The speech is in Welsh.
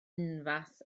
unfath